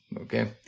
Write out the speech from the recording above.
okay